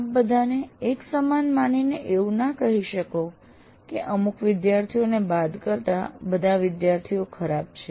આપ બધાને એક સમાન માનીને એવું ના કહી શકો કે અમુક વિદ્યાર્થીઓને બાદ કરતાં બધા વિદ્યાર્થીઓ ખરાબ છે